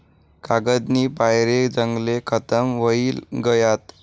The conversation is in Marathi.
कागदनी पायरे जंगले खतम व्हयी गयात